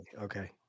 Okay